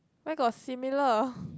where got similar